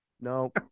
No